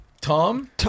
tom